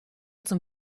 zum